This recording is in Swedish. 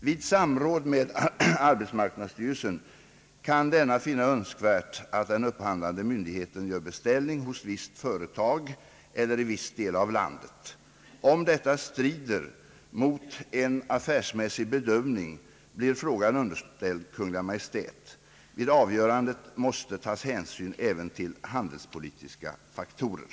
Vid samråd med arbetsmarknadsstyrelsen kan denna finna önskvärt att den upphandlande myndigheten gör beställning hos visst företag eller i viss del av landet. Om detta strider mot en affärsmässig bedömning blir frågan underställd Kungl. Maj:t. Vid avgörandet måste tas hänsyn även till handelspolitiska faktorer.